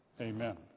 amen